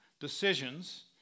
decisions